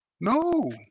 No